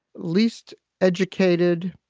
least educated.